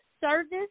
service